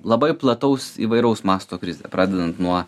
labai plataus įvairaus masto krizė pradedant nuo